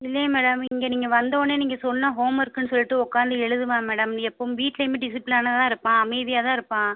இல்லையே மேடம் இங்கே நீங்கள் வந்தோடன்னே நீங்கள் சொன்ன ஹோம் ஒர்க்குனு சொல்லிட்டு உக்கார்ந்து எழுதுவான் மேடம் எப்போதும் வீட்லையுமே டிசிப்ளினானாக தான் இருப்பான் அமைதியாக தான் இருப்பான்